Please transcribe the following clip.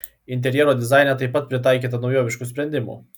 interjero dizaine taip pat pritaikyta naujoviškų sprendimų